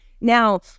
Now